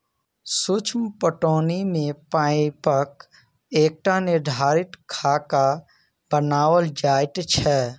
सूक्ष्म पटौनी मे पाइपक एकटा निर्धारित खाका बनाओल जाइत छै